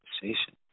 conversation